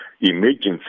emergency